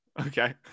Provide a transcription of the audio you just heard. Okay